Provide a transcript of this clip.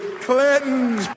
Clinton